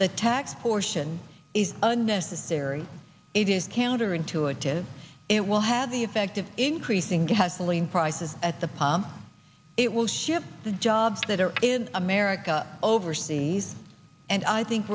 the tax portion is unnecessary it is counter intuitive it will have the effect of increasing gasoline prices at the pump it will ship the jobs that are in america overseas and i think